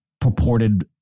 purported